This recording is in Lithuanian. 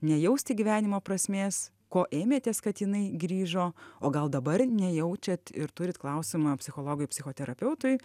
nejausti gyvenimo prasmės ko ėmėtės kad jinai grįžo o gal dabar nejaučiat ir turit klausimą psichologui psichoterapeutui